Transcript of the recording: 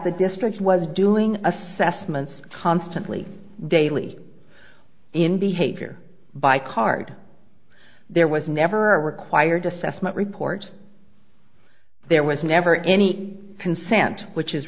the district was doing assessments constantly daily in behavior by card there was never a required assessment report there was never any consent which is